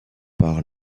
par